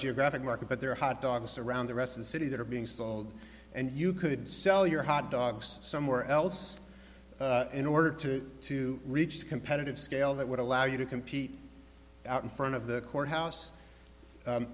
geographic market but there are hot dogs around the rest of the city that are being sold and you could sell your hot dogs somewhere else in order to to reach the competitive scale that would allow you to compete out in front of the courthouse